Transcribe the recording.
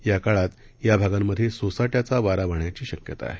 या काळात या भागांमधे सोसाट्याचा वारा वाहण्याची शक्यता आहे